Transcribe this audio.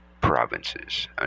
provinces